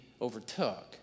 overtook